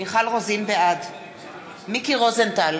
בעד מיקי רוזנטל,